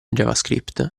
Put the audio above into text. javascript